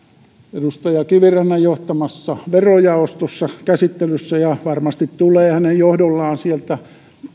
edustaja kivirannan johtamassa verojaostossa käsittelyssä ja varmasti tulee hänen johdollaan sieltä